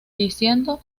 diciendo